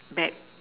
back